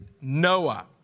Noah